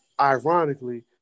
ironically